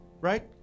Right